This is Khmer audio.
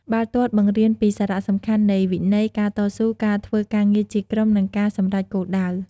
បាល់ទាត់បង្រៀនពីសារៈសំខាន់នៃវិន័យ ការតស៊ូ ការធ្វើការងារជាក្រុម និងការសម្រេចគោលដៅ។